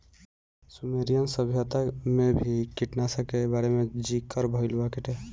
Sumerian सभ्यता में भी कीटनाशकन के बारे में ज़िकर भइल बाटे